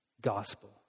gospel